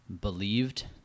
believed